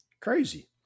crazy